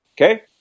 Okay